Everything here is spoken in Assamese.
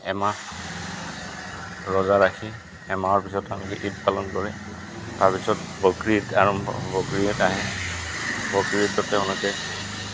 এমাহ ৰৈজা ৰাখি এমাহৰ পিছত তেওঁলোকে ঈদ পালন কৰে তাৰ পিছত বক্ৰী ঈদ আৰম্ভ বক্ৰী আহে বক্ৰী ঈদত তেওঁলোকে